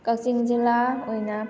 ꯀꯛꯆꯤꯡ ꯖꯤꯜꯂꯥ ꯑꯣꯏꯅ